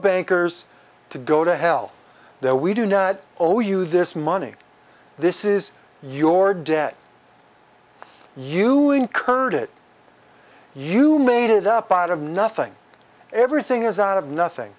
bankers to go to hell that we do not owe you this money this is your debt you encourage it you made it up out of nothing everything is out of nothing